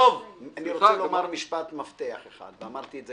אני רוצה לומר משפט מפתח אחד ואמרתי את זה